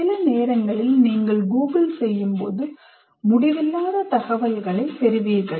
சில நேரங்களில் நீங்கள் Google செய்யும் போது முடிவில்லாத தகவல்களைப் பெறுவீர்கள்